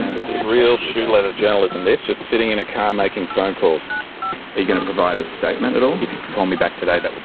yeah this is real shoe-leather journalism, this just sitting in a car making phone calls. are you going to provide a statement at all? if you could call me back today, that would